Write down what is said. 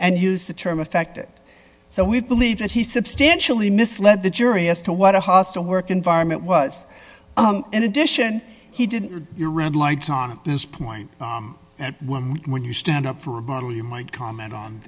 and used the term affected so we believe that he substantially misled the jury as to what a hostile work environment was in addition he did your red lights on at this point and when you stand up for a model you might comment on